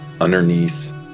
Underneath